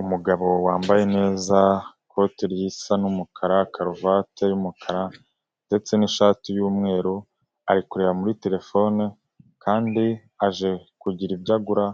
Umugabo wambaye neza ikote risa n'umukara, karuvate y'umukara ndetse n'ishati y'umweru, ari kureba muri telefone kandi aje kugira ibyo agura,